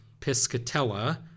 Piscatella